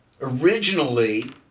originally